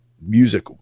music